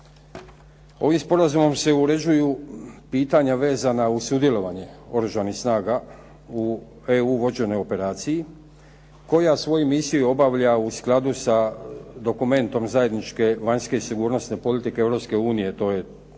Ovim sporazumom se uređuju pitanja vezana uz sudjelovanje oružanih snage u EU vođenoj operaciji koja svoju misiju obavlja u skladu sa dokumentom zajedničke vanjske sigurnosne politike Europske